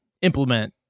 implement